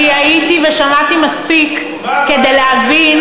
אני הייתי ושמעתי מספיק כדי להבין